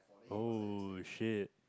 oh shit